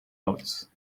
notes